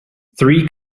three